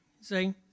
see